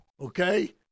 okay